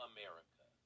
America